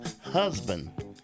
husband